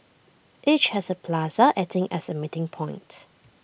each has A plaza acting as A meeting point